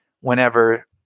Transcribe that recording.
whenever